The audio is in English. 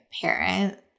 parent